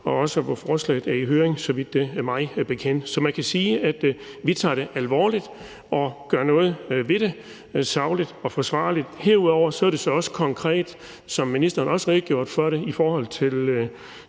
hvor forslaget også er i høring, så vidt det er mig bekendt. Så man kan sige, at vi tager det alvorligt og gør noget ved det sagligt og forsvarligt. Herudover er der så også, som ministeren redegjorde for, i forhold til